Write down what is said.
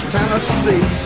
Tennessee